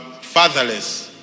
fatherless